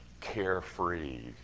carefree